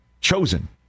chosen